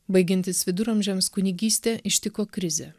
baigiantis viduramžiams kunigystę ištiko krizė